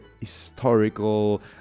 historical